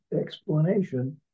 explanation